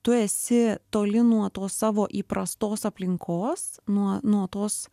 tu esi toli nuo tos savo įprastos aplinkos nuo nuo tos